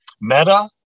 meta